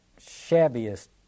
shabbiest